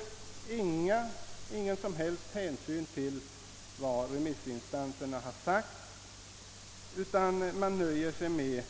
Man tar ingen som helst hänsyn till vad remissinstanserna har uttalat utan nöjer sig med